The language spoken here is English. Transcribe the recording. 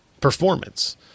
performance